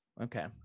Okay